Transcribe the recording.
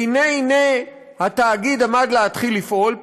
והנה הנה התאגיד עמד להתחיל לפעול,